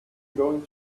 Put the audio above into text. going